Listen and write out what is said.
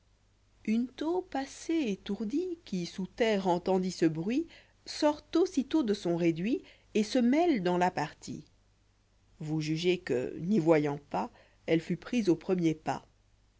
une taupe assez étourdie qui soùs terré entendit ce bruit sort aussitôt de son réduit et se mêledansla partie vous jugez que n'y voyant pas elle fut prise au premier pas